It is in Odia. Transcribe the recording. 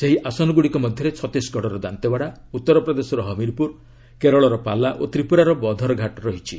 ସେହି ଆସନଗୁଡ଼ିକ ମଧ୍ୟରେ ଛତିଶଗଡ଼ର ଦାନ୍ତେୱାଡ଼ା ଉତ୍ତର ପ୍ରଦେଶର ହମିର୍ପୁର କେରଳର ପାଲା ଓ ତ୍ରିପୁରାର ବଧରଘାଟ ରହିଛି